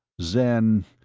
zen!